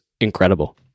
incredible